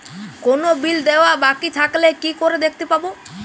কোনো বিল দেওয়া বাকী থাকলে কি করে দেখতে পাবো?